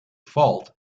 fault